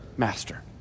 master